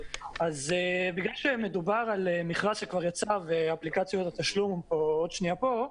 אז בגלל שמדובר על מכרז שכבר יצא ואפליקציות התשלום עוד שנייה פה,